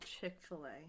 Chick-fil-A